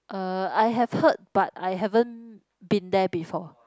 uh I have heard but I haven't been there before